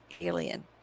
alien